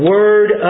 Word